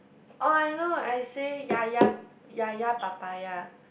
oh I know I say ya ya ya ya papaya